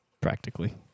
Practically